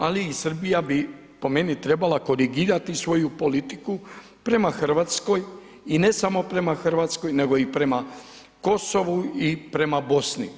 Ali, i Srbija bi po meni trebala korigirati svoju politiku prema Hrvatskoj i ne samo prema Hrvatskoj, nego i prema Kosovu i prema Bosni.